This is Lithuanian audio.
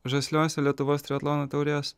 žasliuose lietuvos triatlono taurės